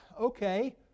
okay